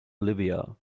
olivia